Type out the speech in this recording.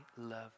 love